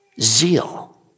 zeal